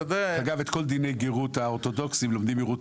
אגב, את כל דיני גרות, האורתודוקסים לומדים מרות